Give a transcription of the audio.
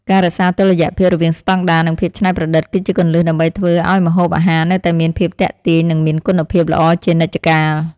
ការរក្សាតុល្យភាពរវាងស្តង់ដារនិងភាពច្នៃប្រឌិតគឺជាគន្លឹះដើម្បីធ្វើឲ្យម្ហូបអាហារនៅតែមានភាពទាក់ទាញនិងមានគុណភាពល្អជានិច្ចកាល។